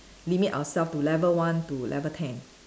limit ourselves to level one to level ten